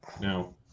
now